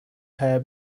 hair